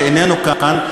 שאיננו כאן,